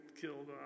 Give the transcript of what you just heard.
killed